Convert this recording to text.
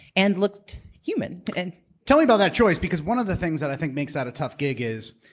and looked human. and tell me about that choice, because one of the things that i think makes that a touch gig is,